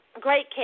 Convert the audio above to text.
Great